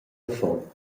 affon